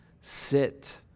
sit